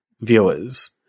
viewers